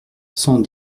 cent